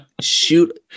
shoot